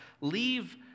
leave